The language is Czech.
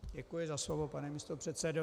Děkuji za slovo, pane místopředsedo.